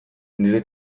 nire